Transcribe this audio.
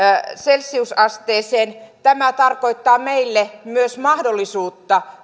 celsiusasteeseen tämä tarkoittaa meille myös mahdollisuutta